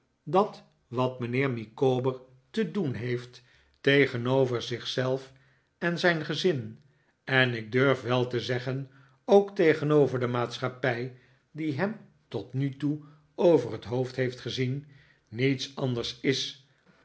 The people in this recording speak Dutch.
dat wat mijnheer micawber te doen heeft teeenover zich zelf en zijn gezin en ik durf wel te zeggen ook tegenover de maatschappij die hem tot nu toe over het hoofd heeft gezien niets anders is